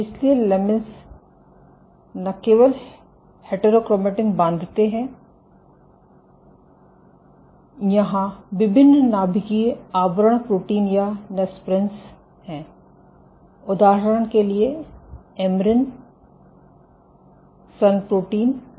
इसलिए लमीन्स न केवल हेटरोक्रोमैटिन बांधते हैं यहाँ विभिन्न नाभिकीय आवरण प्रोटीन या नेस्प्रेन्स हैं उदाहरण के लिए एमेरीन सन प्रोटीन आदि